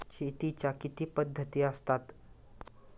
शेतीच्या किती पद्धती असतात?